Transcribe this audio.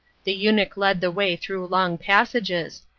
the eunuch led the way through long passages,